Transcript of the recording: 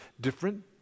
different